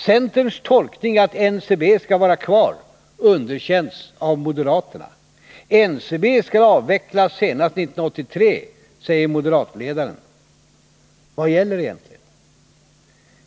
Centerns tolkning, att NCB skall vara kvar, underkänns av moderaterna. s NCB skall avvecklas senast 1983, säger moderatledaren. Vad gäller egentligen?